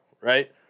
Right